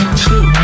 two